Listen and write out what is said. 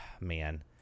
man